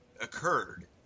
occurred